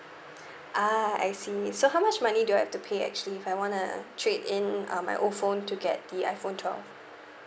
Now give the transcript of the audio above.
ah I see so how much money do I have to pay actually if I wanna trade in uh my old phone to get the iphone twelve